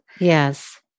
Yes